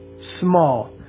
small